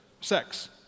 sex